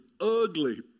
ugly